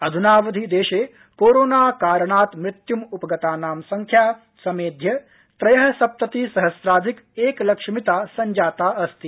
अध्नावधि देशे कोरोणा कारणात् मृत्युम् उपगतानां संख्या समेध्य त्रयस्सप्तति सहस्राधिक एकलक्ष मिता संजातास्ति